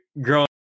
growing